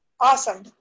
Awesome